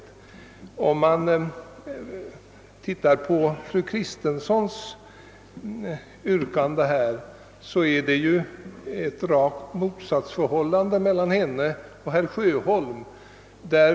Fru Kristenssons yrkande tyder på att det råder ett motsatsförhållande mellan hennes uppfattning och herr Sjöholms.